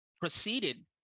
proceeded